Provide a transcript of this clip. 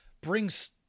brings